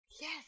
yes